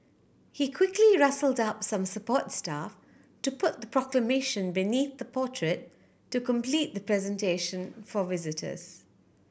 he quickly rustled up some support staff to put the Proclamation beneath the portrait to complete the presentation for visitors